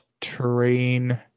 terrain